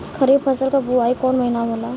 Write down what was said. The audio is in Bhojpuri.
खरीफ फसल क बुवाई कौन महीना में होला?